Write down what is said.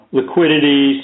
liquidity